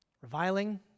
reviling